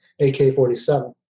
ak-47